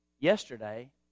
yesterday